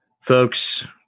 folks